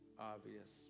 obvious